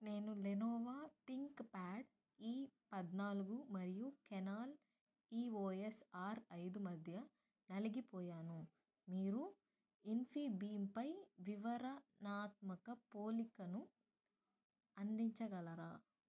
నేను Lenovo ThinkPad E పధ్నాలుగు మరియు కెనాన్ ఈఓఎస్ఆర్ ఐదు మధ్య నలిగిపోయాను మీరు ఇన్ఫీబీమ్పై వివరణాత్మక పోలికను అందించగలరా